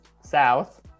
south